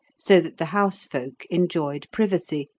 so that the house folk enjoyed privacy,